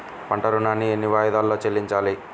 పంట ఋణాన్ని ఎన్ని వాయిదాలలో చెల్లించాలి?